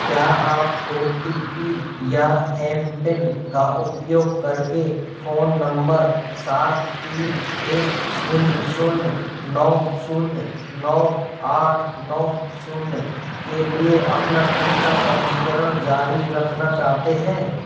क्या आप O T P या एम पिन का उपयोग कर के फ़ोन नंबर सात तीन एक शून्य शून्य नौ शून्य नौ आठ नौ शून्य के लिए अपना टीका पंजीकरण जारी रखना चाहते हैं